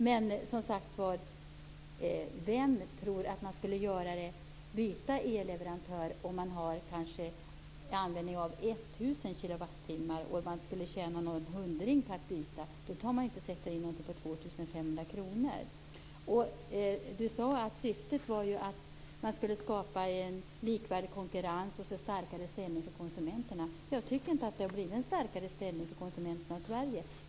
Men, som sagt var, vem tror att man skulle byta elleverantör om man kanske använder 1 000 kWh och man skulle tjäna någon hundring på att byta? Då betalar man inte 2 500 kr. Birgitta Johansson sade att syftet var att man skulle skapa en likvärdig konkurrens och en starkare ställning för konsumenterna. Jag tycker inte att konsumenterna har fått en starkare ställning i Sverige.